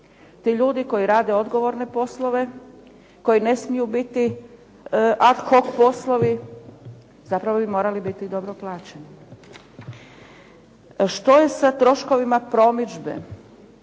Ti ljudi koji rade odgovorne poslove, koji ne smiju biti ad hoc poslovi zapravo bi morali biti i dobro plaćeni. Što je sa troškovima promidžbe?